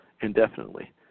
indefinitely